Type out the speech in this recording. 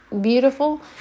beautiful